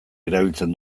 erabiltzen